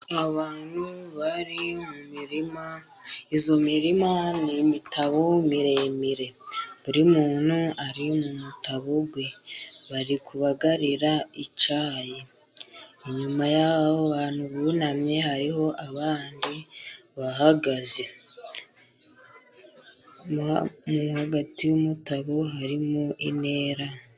Abantu bari mu mirima, iyo mirima ni imitabo miremire buri muntu ari mu mutabo we bari kubagarira icyayi, inyuma yabo bantu bunamye hariho abandi bahagaze, hagati y'umutabo harimo intera.